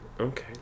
okay